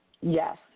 Yes